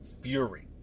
Fury